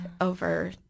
over